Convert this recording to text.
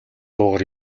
дуугаар